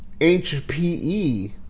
HPE